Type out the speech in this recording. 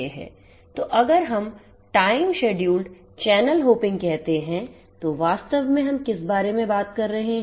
तो अगर हमTime Scheduled Channel Hoppingकहते हैं तो वास्तव में हम किस बारे में बात कर रहे हैं